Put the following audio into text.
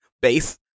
Base